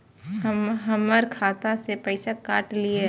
हमर खाता से पैसा काट लिए?